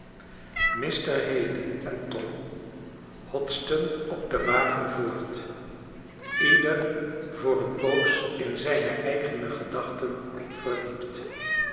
mr haley en tom hotsten op den wagen voort ieder voor eene poos in zijne eigene gedachten verdiept